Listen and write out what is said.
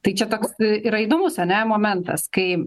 tai čia toks yra įdomus ane momentas kai